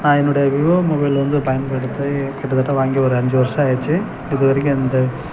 என்னுடைய Vivo mobile வந்து பயன்படுத்தி கிட்டத்தட்ட வாங்கி ஒரு அஞ்சு வருடம் ஆகிடுச்சி இது வரைக்கும் எந்த